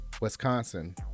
Wisconsin